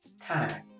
time